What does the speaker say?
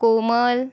कोमल